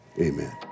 amen